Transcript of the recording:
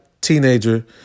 teenager